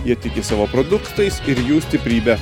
jie tiki savo produktais ir jų stiprybe